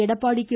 Edappadi K